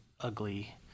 ugly